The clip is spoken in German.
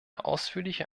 ausführliche